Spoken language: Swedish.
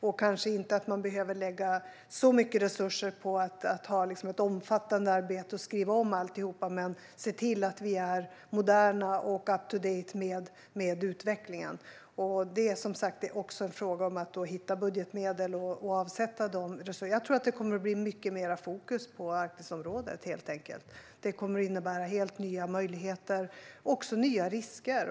Man kanske inte behöver lägga så mycket resurser på ett omfattande arbete med att skriva om alltihop, men vi bör se till att vi är moderna och up-to-date med utvecklingen. Detta är som sagt också en fråga om att hitta budgetmedel och avsätta resurser. Jag tror att det kommer att bli mycket mer fokus på Arktisområdet. Det kommer att innebära helt nya möjligheter och även nya risker.